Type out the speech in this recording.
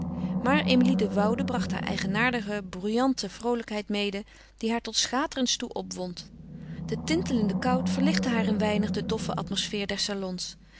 maar emilie de woude bracht haar eigenaardige bruyante vroolijkheid mede die haar tot schaterens toe opwond de tintelende kout verlichtte haar een weinig de doffe atmosfeer der salons